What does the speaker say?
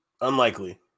unlikely